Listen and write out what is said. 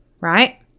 Right